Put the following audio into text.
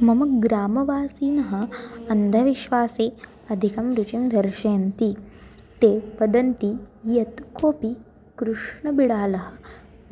मम ग्रामवासीनः अन्धविश्वासे अधिकं रुचिं दर्शयन्ति ते वदन्ति यत् कोऽपि कृष्णबिडालः